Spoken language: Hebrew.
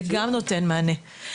זה גם נותן מענה.